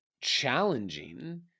challenging